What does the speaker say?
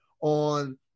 on